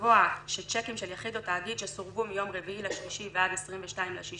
ולקבוע שצ'קים של יחיד או תאגיד שסורבו מיום 4 למרץ ועד ה-22 ליוני,